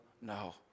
no